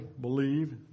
believe